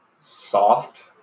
soft